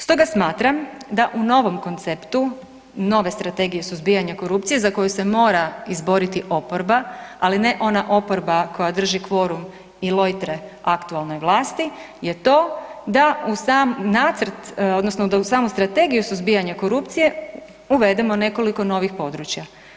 Stoga smatram da u novom konceptu, nove Strategije suzbijanja korupcije za koju se mora izboriti oporba ali ne ona oporba koja drži kvorum i lojtre aktualnoj vlasti je to da u sam nacrt odnosno da u samoj Strategiji suzbijanja korupcije, uvedemo nekoliko novih područja.